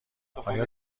آیا